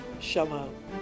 shalom